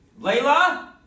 Layla